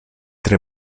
tre